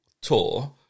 tour